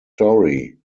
story